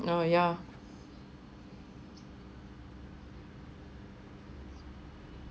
oh ya